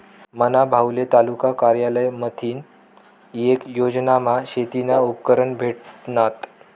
मना भाऊले तालुका कारयालय माथीन येक योजनामा शेतीना उपकरणं भेटनात